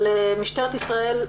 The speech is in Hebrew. אבל משטרת ישראל,